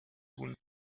tun